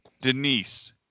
Denise